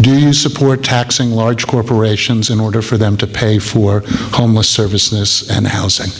do you support taxing large corporations in order for them to pay for almost services and housing